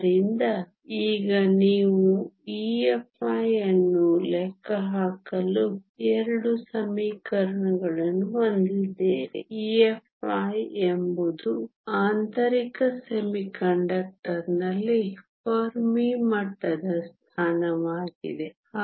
ಆದ್ದರಿಂದ ಈಗ ನೀವು EFi ಅನ್ನು ಲೆಕ್ಕಹಾಕಲು 2 ಸಮೀಕರಣಗಳನ್ನು ಹೊಂದಿದ್ದೀರಿ EFi ಎಂಬುದು ಆಂತರಿಕ ಸೆಮಿಕಂಡಕ್ಟರ್ನಲ್ಲಿ ಫೆರ್ಮಿ ಮಟ್ಟದ ಸ್ಥಾನವಾಗಿದೆ